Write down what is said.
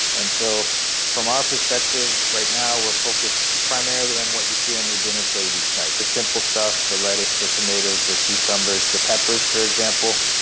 and so from our perspective right now we are focused primarily on what you see on your dinner plate each night, the simple stuff, the lettuce, the tomatoes, the cucumbers, the peppers for example.